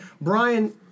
Brian